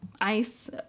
ICE